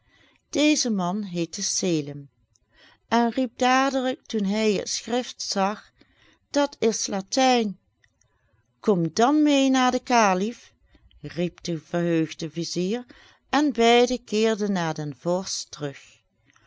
deze man heette selim en riep dadelijk toen hij het schrift zag dat is latijn kom dan meê naar den kalif riep de verheugde vizier en beiden keerden naar den vorst terug